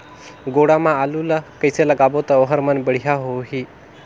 गोडा मा आलू ला कइसे लगाबो ता ओहार मान बेडिया होही?